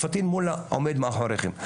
פטין מולא עומד מאחוריכם.